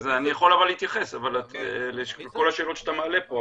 אני יכול אבל להתייחס לכל השאלות שאתה מעלה פה,